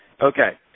okay